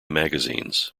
magazines